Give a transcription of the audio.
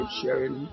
sharing